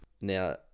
now